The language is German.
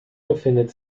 befindet